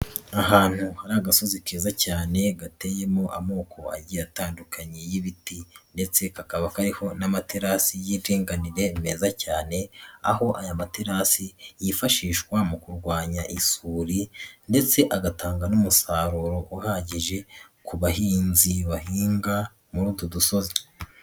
Ahantu hari agasozi keza cyane gateyemo amoko agiye atandukanye y'ibiti ndetse kakaba kariho n'amaterasi y'indiganire meza cyane aho aya materasi yifashishwa mu kurwanya isuri ndetse agatanga n'umusaruro uhagije ku bahinzi bahinga muri utu dusozi.